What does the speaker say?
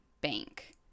bank